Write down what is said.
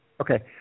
Okay